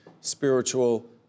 spiritual